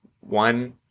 one